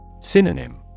Synonym